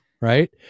right